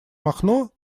махно